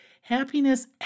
Happiness